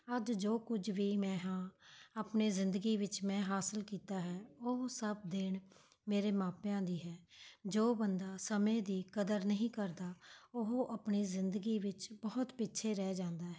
ਅੱਜ ਜੋ ਕੁਝ ਵੀ ਮੈਂ ਹਾਂ ਆਪਣੀ ਜ਼ਿੰਦਗੀ ਵਿੱਚ ਮੈਂ ਹਾਸਿਲ ਕੀਤਾ ਹੈ ਉਹ ਸਭ ਦੇਣ ਮੇਰੇ ਮਾਪਿਆਂ ਦੀ ਹੈ ਜੋ ਬੰਦਾ ਸਮੇਂ ਦੀ ਕਦਰ ਨਹੀਂ ਕਰਦਾ ਉਹ ਆਪਣੀ ਜ਼ਿੰਦਗੀ ਵਿੱਚ ਬਹੁਤ ਪਿੱਛੇ ਰਹਿ ਜਾਂਦਾ ਹੈ